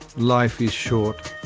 life is short.